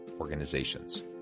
organizations